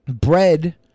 bread